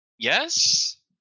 Yes